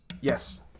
Yes